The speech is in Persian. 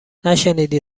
نشنیدی